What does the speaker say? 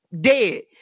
dead